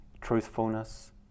truthfulness